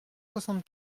soixante